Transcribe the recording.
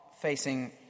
facing